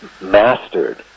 mastered